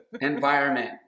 environment